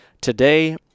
today